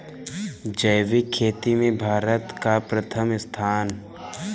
जैविक खेती में भारत का प्रथम स्थान